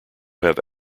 have